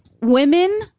women